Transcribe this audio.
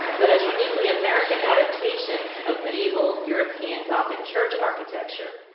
but as uniquely american adaptations of medieval european gothic church architecture.